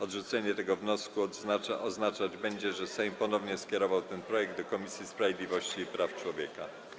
Odrzucenie tego wniosku oznaczać będzie, że Sejm ponownie skierował ten wniosek do Komisji Sprawiedliwości i Praw Człowieka.